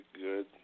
good